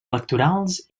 electorals